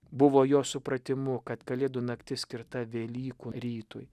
buvo jo supratimu kad kalėdų naktis skirta velykų rytui